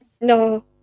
No